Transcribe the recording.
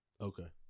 Okay